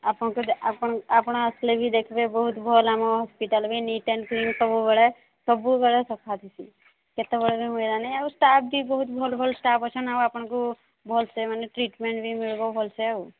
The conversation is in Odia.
ଆପଣ ଆସିଲେ ବି ଦେଖିବେ ବହୁତ ଭଲ ଆମ ହସ୍ପିଟାଲ୍ ବି ନିଟ୍ ଆଣ୍ଡ୍ କ୍ଲିନ୍ ସବୁବେଳେ ସବୁବେଳେ ସଫା କେତେବେଳେ ବି ମଇଳା ନାହିଁ ଷ୍ଟାଫ୍ ବି ବହୁତ ଭଲ ଭଲ ଷ୍ଟାଫ୍ ଅଛନ୍ତି ସବୁ ଆପଣଙ୍କୁ ଭଲସେ ମାନେ ଟ୍ରିଟମେଣ୍ଟ୍ ବି ମିଳିବ ଭଲରେ